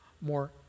more